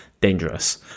dangerous